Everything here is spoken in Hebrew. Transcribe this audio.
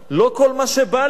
לא כל מה שבא לי,